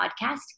podcast